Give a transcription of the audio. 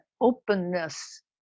openness